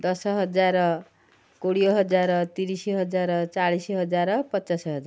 ଦଶ ହଜାର କୋଡ଼ିଏ ହଜାର ତିରିଶ ହଜାର ଚାଳିଶ ହଜାର ପଚାଶ ହଜାର